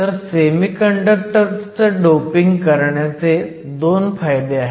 तर सेमीकंडक्टर चं डोपिंग करण्याचे 2 फायदे आहेत